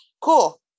Cool